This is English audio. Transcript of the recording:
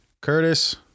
curtis